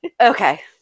Okay